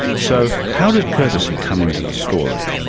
so, how does courtesy come into the story?